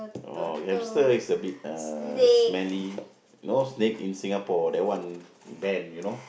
oh hamster is a bit uh smelly no snake in Singapore that one banned you know